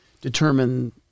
determine